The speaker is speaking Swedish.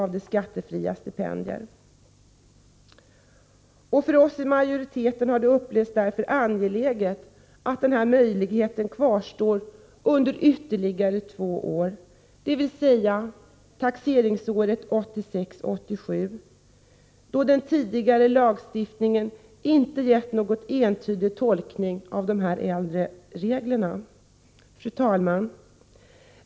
Vi inom majoriteten anser det därför angeläget att den här möjligheten kvarstår under ytterligare två år, dvs. under taxeringsåren 1986 och 1987. Den tidigare lagstiftningen har inte gett någon entydig tolkning av de äldre reglerna. Fru talman!